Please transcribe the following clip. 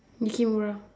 yukimura